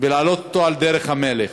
ולהעלות אותו על דרך המלך.